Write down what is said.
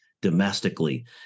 domestically